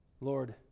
Lord